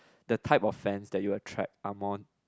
the type of fans that you attract are